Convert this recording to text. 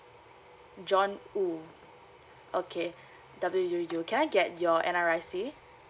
john wuu okay W U U can I get your N_R_I_C